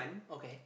okay